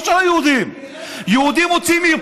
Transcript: יום אחד תחליט שהם לא יהיו תושבי מזרח